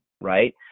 right